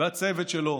והצוות שלו,